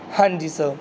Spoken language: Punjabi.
ਹਾਂਜੀ ਸਰ